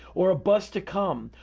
or a bus to come,